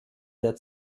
der